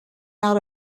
out